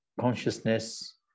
Consciousness